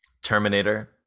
Terminator